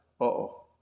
uh-oh